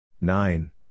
Nine